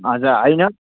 हजुर होइन